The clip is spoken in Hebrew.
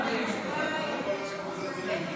חברות וחברי הכנסת,